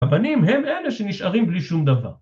הבנים הם אלה שנשארים בלי שום דבר